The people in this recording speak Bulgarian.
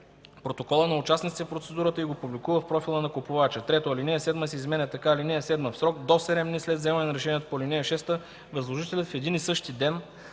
протокола на участниците в процедурата и го публикува в профила на купувача.“ 3. Алинея 7 се изменя така: „(7) В срок до 7 дни след вземане на решението по ал. 6 възложителят в един и същи ден: